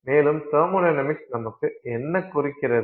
மேலும் தெர்மொடைனமிக்ஸ் நமக்கு என்ன குறிக்கிறது